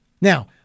Now